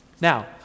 Now